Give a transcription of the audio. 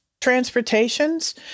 transportations